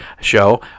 show